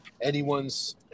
anyone's